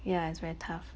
ya it's very tough